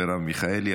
מרב מיכאלי,